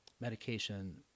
medication